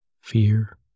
Fear